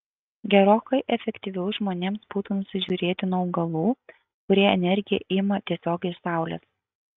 gerokai efektyviau žmonėms būtų nusižiūrėti nuo augalų kurie energiją ima tiesiogiai iš saulės